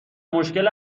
مشکل